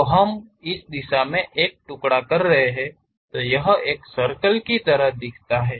तो हम उस दिशा में एक टुकड़ा कर रहे हैं तो यह एक सर्कल की तरह दिखता है